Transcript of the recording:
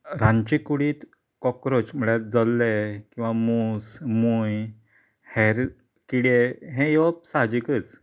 रांदचे कुडीत काॅकरोच म्हळ्यार जल्ले किंवां मूस मूय हेर किडें हें येवप साहजीकच